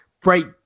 break